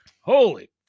holy